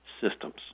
systems